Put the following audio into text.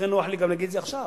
לכן נוח לי גם להגיד את זה עכשיו,